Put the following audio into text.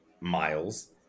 Miles